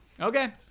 Okay